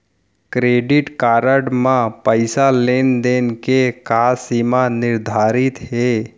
Credit card म पइसा लेन देन के का सीमा निर्धारित हे?